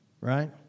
right